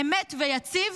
אמת ויציב,